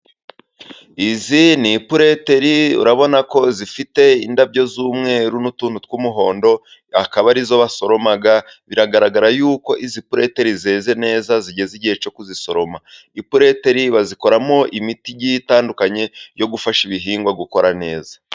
izi ni ipuleteri urabona ko zifite indabyo z'umweru n'utuntuw'umuhondo .Akaba arizo basoroma biragaragara yuko izi puleteri zeze neza ,zigeze igihe cyo kuzisoroma . Ipuleteri bazikoramo imiti igiye itandukanye yo gufasha ibihingwa gukura neza.